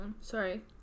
Sorry